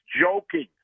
joking